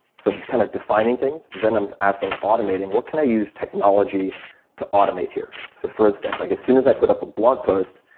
some kinda kind of defining things. then i'm asking automating, what can i use technology to automate here? so for instance, like as soon as i put up a blog post,